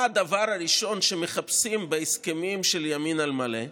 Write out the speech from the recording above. מה הדבר הראשון שמחפשים בהסכמים של ימין על מלא?